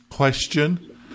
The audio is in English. Question